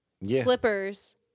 Slippers